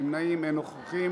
אין נמנעים, אין נוכחים.